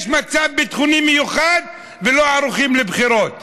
יש מצב ביטחוני מיוחד ולא ערוכים לבחירות.